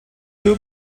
two